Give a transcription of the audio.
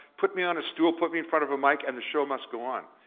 put me on a stool. put me in front of a mic and the show must go on.